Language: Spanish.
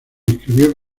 inscribió